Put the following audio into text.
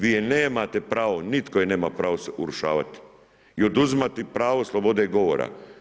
Vi je nemate pravo, nitko je nema pravo urušavati i oduzimati pravo slobode govora.